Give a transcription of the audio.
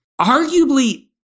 arguably